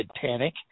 panic